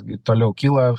gi toliau kyla